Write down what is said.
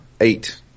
Eight